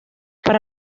para